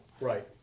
Right